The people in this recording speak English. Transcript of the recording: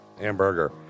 Hamburger